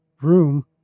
room